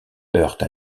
heurte